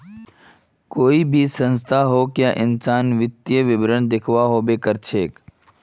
कोई भी संस्था होक या इंसान वित्तीय विवरण दखव्वा हबे कर छेक